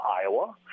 Iowa